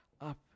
up